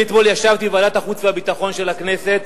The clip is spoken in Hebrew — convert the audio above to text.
אתמול ישבתי בוועדת החוץ והביטחון של הכנסת,